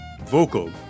vocal